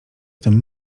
tym